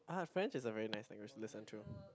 ah French is a very nice language to listen to